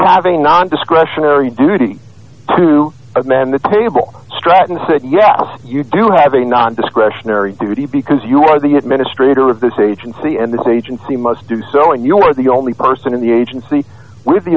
have a non discretionary duty to amend the table stratton said yes you do have a non discretionary duty because you are the administrator of this agency and this agency must do so and your the only person in the agency w